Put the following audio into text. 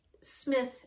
Smith